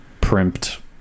primped